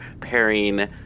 pairing